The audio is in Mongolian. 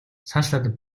цаашлаад